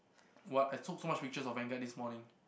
what I took so much pictures of vanguard this morning